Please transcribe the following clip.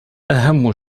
أهم